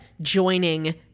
joining